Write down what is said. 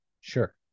Sure